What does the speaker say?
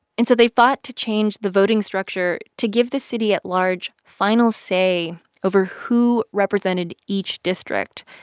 and so they fought to change the voting structure to give the city at-large final say over who represented each district,